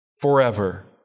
forever